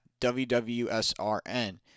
WWSRN